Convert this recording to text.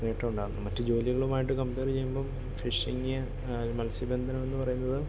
നേട്ടം ഉണ്ടാവും മറ്റ് ജോലികളുമായിട്ട് കംപെയർ ചെയ്യുമ്പം ഫിഷിംഗ് മത്സ്യബന്ധനമെന്ന് പറയുന്നത്